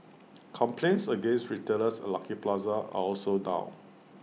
complaints against retailers at Lucky Plaza are also down